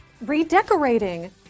Redecorating